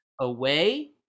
away